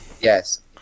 yes